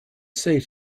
say